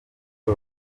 byo